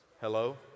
hello